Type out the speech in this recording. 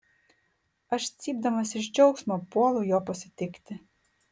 aš cypdamas iš džiaugsmo puolu jo pasitikti